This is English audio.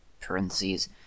parentheses